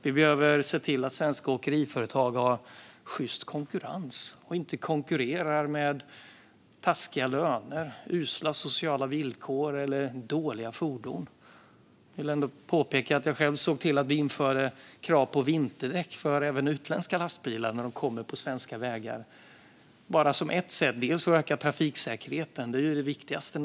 Vi behöver se till att svenska åkeriföretag har sjyst konkurrens och inte konkurrerar med taskiga löner, usla sociala villkor eller dåliga fordon. Jag vill ändå påpeka att jag själv såg till att det infördes krav på vinterdäck även för utländska lastbilar när de kör på svenska vägar. Det var ett sätt att öka trafiksäkerheten, vilket naturligtvis var det viktigaste.